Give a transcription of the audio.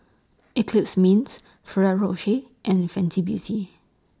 Eclipse Mints Ferrero Rocher and Fenty Beauty